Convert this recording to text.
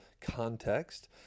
context